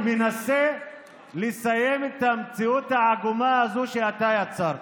אני מנסה לסיים את המציאות העגומה הזו שאתה יצרת.